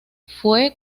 fue